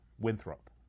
winthrop